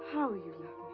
how you